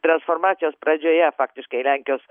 transformacijos pradžioje faktiškai lenkijos